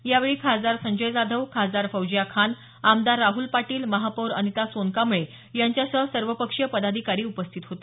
यावेळी खासदार संजय जाधव खासदार फौजिया खान आमदार राहुल पाटील महापौर अनिता सोनकांबळे यांच्यासह सर्वपक्षीय पदाधिकारी उपस्थित होते